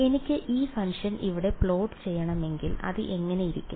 എനിക്ക് ഈ ഫംഗ്ഷൻ ഇവിടെ പ്ലോട്ട് ചെയ്യണമെങ്കിൽ അത് എങ്ങനെയിരിക്കും